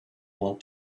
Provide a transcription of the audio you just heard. want